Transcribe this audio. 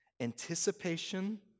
Anticipation